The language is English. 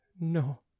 No